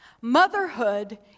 Motherhood